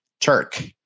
Turk